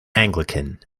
anglican